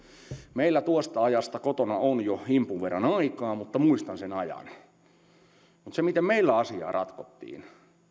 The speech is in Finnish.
meillä kotona tuosta ajasta on jo himpun verran aikaa mutta muistan sen ajan se miten meillä asiaa ratkottiin oli se että